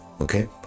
Okay